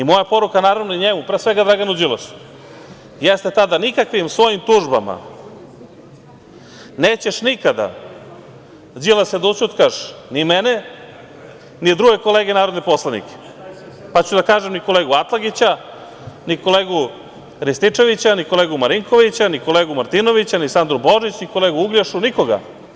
Moja poruka njemu, pre svega Draganu Đilasu, jeste ta da nikakvim svojim tužbama nećeš nikada, Đilase, da ućutkaš ni mene, ni druge kolege narodne poslanike, pa ću da kažem ni kolegu Atlagića, ni kolegu Rističevića, ni kolegu Marinkovića, ni kolegu Martinovića, ni Sandru Božić, ni kolegu Uglješu, nikoga.